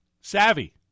Savvy